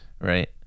right